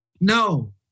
No